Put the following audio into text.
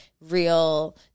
real